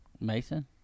Mason